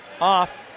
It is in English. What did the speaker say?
off